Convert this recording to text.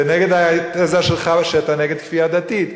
זה נגד העמדה שלך, שאתה נגד כפייה דתית.